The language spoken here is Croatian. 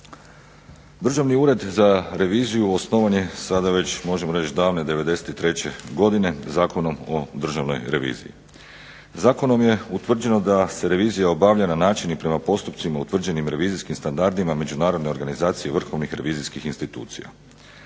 Državni ured za reviziju osnovan je sada već možemo reći davne '93. godine Zakonom o državnoj reviziji. Zakonom je utvrđeno da se revizija obavlja na način i prema postupcima utvrđenim revizijskim standardima Međunarodne organizacije vrhovnih revizijskih institucija.